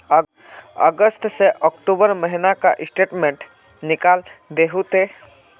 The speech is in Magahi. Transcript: अगस्त से अक्टूबर महीना का स्टेटमेंट निकाल दहु ते?